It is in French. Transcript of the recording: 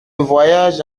voyage